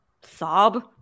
sob